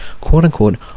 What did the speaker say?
quote-unquote